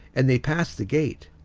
and they passed the gate.